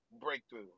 breakthrough